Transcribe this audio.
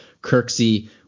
kirksey